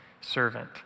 servant